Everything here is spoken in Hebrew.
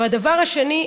הדבר השני,